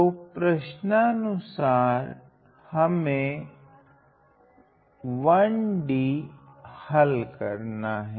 तो प्रश्ननुसार हमे 1 D हल करना हैं